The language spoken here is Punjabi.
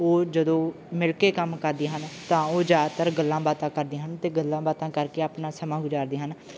ਉਹ ਜਦੋਂ ਮਿਲ ਕੇ ਕੰਮ ਕਰਦੀਆਂ ਹਨ ਤਾਂ ਉਹ ਜ਼ਿਆਦਾਤਰ ਗੱਲਾਂ ਬਾਤਾਂ ਕਰਦੀਆਂ ਹਨ ਅਤੇ ਗੱਲਾਂ ਬਾਤਾਂ ਕਰਕੇ ਆਪਣਾ ਸਮਾਂ ਗੁਜਾਰਦੇ ਹਨ